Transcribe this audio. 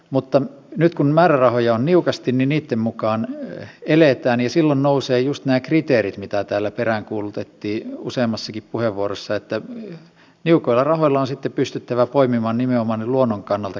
mutta nyt kun määrärahoja on niukasti niin niitten mukaan eletään ja silloin nousevat just nämä kriteerit mitä täällä peräänkuulutettiin useammassakin puheenvuorossa että niukoilla rahoilla on sitten pystyttävä poimimaan nimenomaan ne luonnon kannalta kaikkein tärkeimmät kohteet